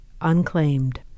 unclaimed